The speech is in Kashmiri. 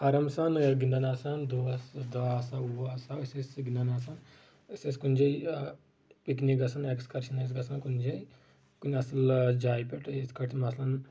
آرام سان گِنٛدان آسان دۄہس دہ آسہو وُہ آسہو أسۍ ٲسۍ گِنٛدان آسان أسۍ ٲسۍ کُنہِ جایہِ پِکنک گژھان اٮ۪کٕسکٔرشن ٲسۍ گژھان کُنہِ جایہِ کُنہِ اصل جایہِ پٮ۪ٹھ یِتھ کٲٹھۍ مثلن